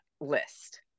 list